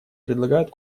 предлагают